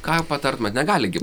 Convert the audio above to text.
ką patartumėt negali gi